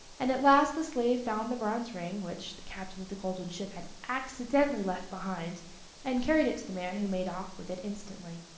and at last the slave found the bronze ring, which the captain of the golden ship had accidentally left behind and carried it to the man, who made off with it instantly.